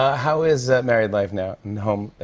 ah how is married life now and home?